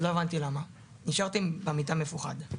לא הבנתי למה ונשארתי במיטה מפוחד.